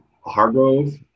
Hargrove